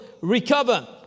recover